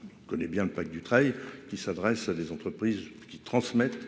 par connaît bien le pacte Dutreil qui s'adresse à des entreprises qui transmettent